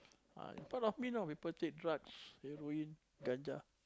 in front of me you know people take drugs heroin gajah